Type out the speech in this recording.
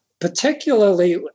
particularly